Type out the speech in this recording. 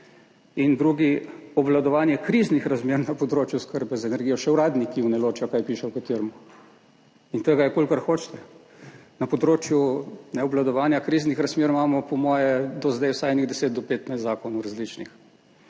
in drugi Obvladovanje kriznih razmer na področju oskrbe z energijo. Še uradniki ne ločijo, kaj piše v katerem, in tega je kolikor hočete. Na področju neobvladovanja kriznih razmer imamo po moje do zdaj vsaj enih 10 do 15 različnih